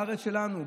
בארץ שלנו,